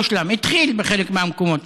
התחיל בחלק מהמקומות,